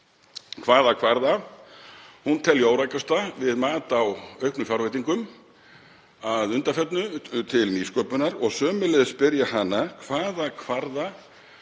hvaða kvarða hún telji órækasta við mat á auknum fjárveitingum að undanförnu til nýsköpunar og sömuleiðis spyr ég hana hvaða kvarða